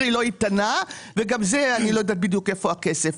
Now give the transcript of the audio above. היא לא איתנה וגם כאן אני לא יודעת בדיוק איפה הכסף.